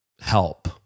Help